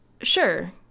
sure